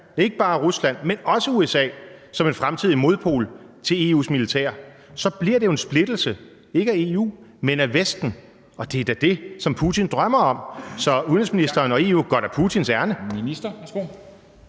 ikke bare Rusland, men også USA som en fremtidig modpol til EU's militær, bliver en splittelse, ikke af EU, men af Vesten, og det er da det, som Putin drømmer om. Så udenrigsministeren og EU går da Putins ærinde.